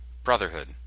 Brotherhood